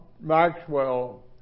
Maxwell